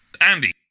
Andy